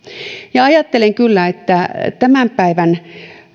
ja ajattelen ja näkisin kyllä että tämän päivän